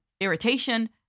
irritation